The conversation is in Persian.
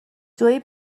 جویی